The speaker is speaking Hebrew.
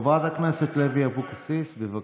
חברת הכנסת לוי אבקסיס, בבקשה.